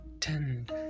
tend